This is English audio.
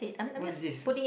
what is this